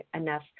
enough